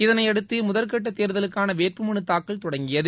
இதனையடுத்து முதற்கட்ட தேர்தலுக்கான வேட்புமனு தாக்கல் தொடங்கியது